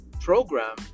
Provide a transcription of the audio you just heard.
program